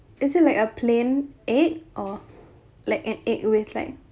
is it like a plain egg or like an egg with like